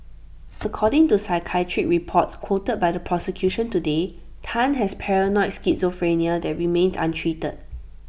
according to psychiatric reports quoted by the prosecution today Tan has paranoid schizophrenia that remains untreated